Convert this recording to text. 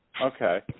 Okay